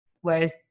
whereas